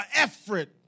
effort